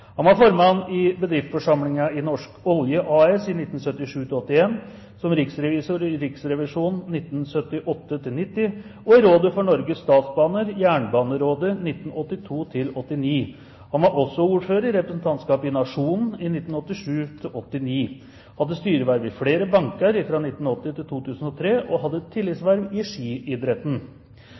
Han var formann i bedriftsforsamlingen i Norsk Olje A/S 1977–1981, riksrevisor i Riksrevisjonen 1978–1990 og medlem i Rådet for Norges Statsbaner – Jernbanerådet 1982–1989. Han var også ordfører i representantskapet i Nationen 1987–1989, hadde styreverv i flere banker 1980–2003 og hadde tillitsverv i skiidretten. Han har gjennom alle år utført samfunnsgagnlig arbeid som har kommet hele landet til